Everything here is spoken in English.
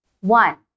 One